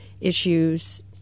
issues